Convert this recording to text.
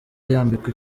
yambikwa